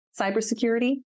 cybersecurity